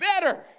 Better